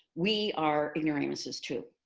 we are ignoramuses, too.